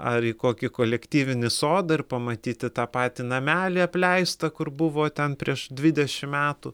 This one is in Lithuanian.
ar į kokį kolektyvinį sodą ir pamatyti tą patį namelį apleistą kur buvo ten prieš dvidešimt metų